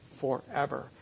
forever